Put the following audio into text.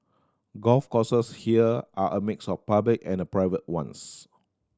golf courses here are a mix of public and private ones